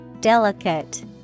Delicate